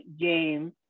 game